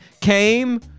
came